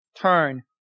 turn